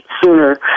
sooner